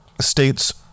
states